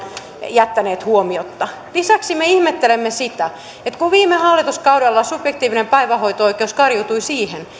jättänyt huomiotta lisäksi me ihmettelemme sitä että kun viime hallituskaudella subjektiivisen päivähoito oikeuden rajaaminen kariutui siihen